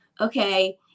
okay